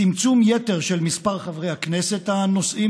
צמצום יתר של מספר חברי הכנסת הנושאים